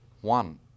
one